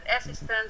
assistance